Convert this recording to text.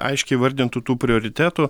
aiškiai įvardintų tų prioritetų